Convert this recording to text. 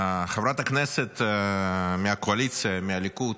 חברת כנסת מהקואליציה, מהליכוד,